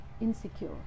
insecure